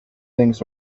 things